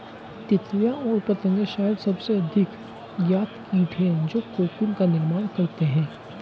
तितलियाँ और पतंगे शायद सबसे अधिक ज्ञात कीट हैं जो कोकून का निर्माण करते हैं